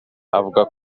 avuga